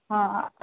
हँ